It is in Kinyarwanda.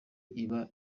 iba